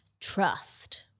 Trust